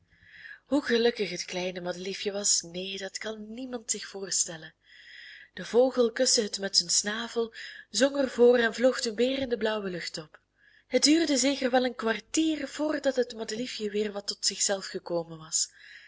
hoe gelukkig het kleine madeliefje was neen dat kan niemand zich voorstellen de vogel kuste het met zijn snavel zong er voor en vloog toen weer in de blauwe lucht op het duurde zeker wel een kwartier voordat het madeliefje weer wat tot zich zelf gekomen was